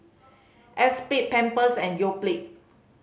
Espirit Pampers and Yoplait